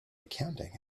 accounting